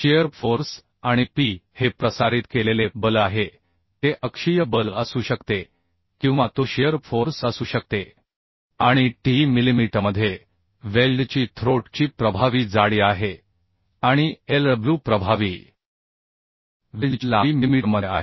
shear force आणि P हे प्रसारित केलेले बल आहे ते अक्षीय बल असू शकते किंवा तो शिअर फोर्स असू शकते आणि t ही मिलिमीटरमध्ये वेल्डची थ्रोट ची प्रभावी जाडी आहे आणि Lw प्रभावी वेल्डची लांबी मिलिमीटरमध्ये आहे